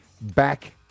Back